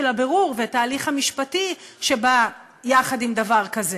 הבירור ואת ההליך המשפטי שבא יחד עם דבר כזה.